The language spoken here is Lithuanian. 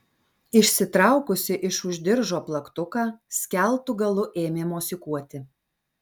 išsitraukusi iš už diržo plaktuką skeltu galu ėmė mosikuoti